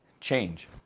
change